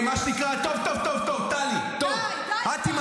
מה שנקרא, טוב, טוב, טוב, טלי, טוב.